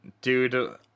dude